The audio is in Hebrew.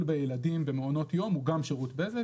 בילדים במעונות יום הוא גם שירות בזק.